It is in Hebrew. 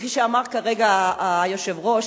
כפי שאמר כרגע היושב-ראש,